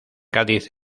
cádiz